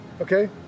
okay